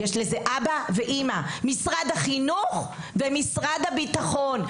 יש לזה אבא ואמא: משרד החינוך ומשרד הביטחון.